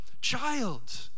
child